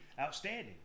outstanding